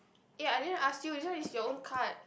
eh I didn't ask you this one is your own card